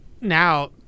now –